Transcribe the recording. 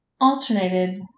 alternated